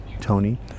Tony